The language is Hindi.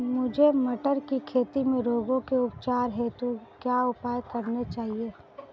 मुझे मटर की खेती में रोगों के उपचार हेतु क्या उपाय करने चाहिए?